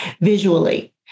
visually